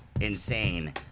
insane